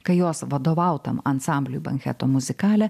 kai jos vadovautam ansambliui banketo muzikale